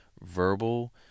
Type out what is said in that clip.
verbal